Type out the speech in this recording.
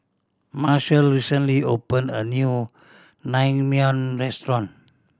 Marshal recently opened a new Naengmyeon Restaurant